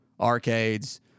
Arcades